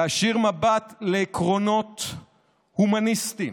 להישיר מבט לעקרונות הומניסטיים,